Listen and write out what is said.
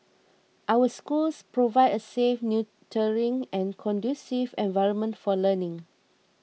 our schools provide a safe nurturing and conducive environment for learning